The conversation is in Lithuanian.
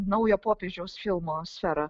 naujo popiežiaus filmo sferą